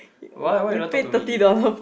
why why you don't want talk to me